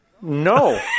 No